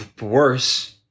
Worse